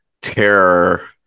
terror